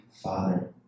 Father